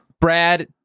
Brad